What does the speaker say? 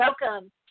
welcome